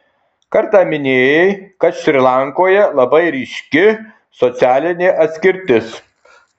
kartą minėjai kad šri lankoje labai ryški socialinė atskirtis